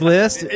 List